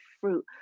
fruit